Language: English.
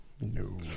No